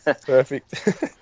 perfect